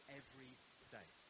everyday